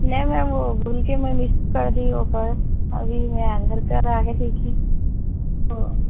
نہیں میم وہ بھول کے میں مس کر دی وہ پرس ابھی میں گھر پر آ کے دیکھی تو